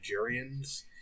nigerians